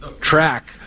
track